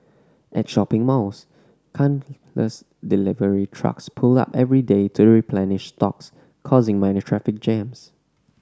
at shopping malls countless delivery trucks pull up every day to replenish stocks causing minor traffic jams